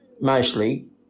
mostly